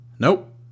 Nope